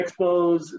Expos